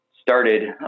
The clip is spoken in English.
started